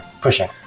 pushing